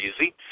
easy